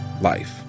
Life